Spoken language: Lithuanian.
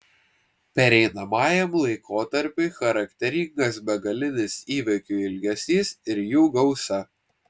pereinamajam laikotarpiui charakteringas begalinis įvykių ilgesys ir jų gausa